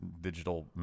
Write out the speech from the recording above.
digital